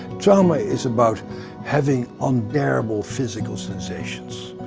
trauma is about having unbearable physical sensations.